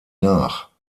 nach